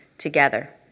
together